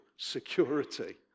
security